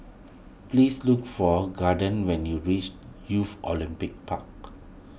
please look for Gaden when you reach Youth Olympic Park